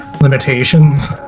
limitations